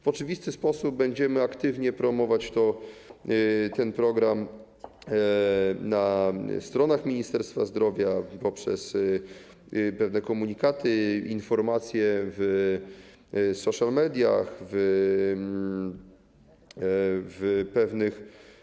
W oczywisty sposób będziemy aktywnie promować ten program na stronach Ministerstwa Zdrowia poprzez pewne komunikaty, informacje w social mediach, w pewnych.